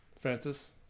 Francis